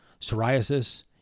psoriasis